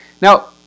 Now